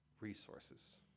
resources